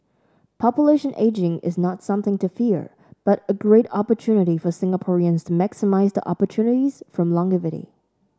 population aging is not something to fear but a great opportunity for Singaporeans to maximise the opportunities from longevity